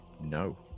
No